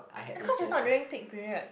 is cause it's not during peak period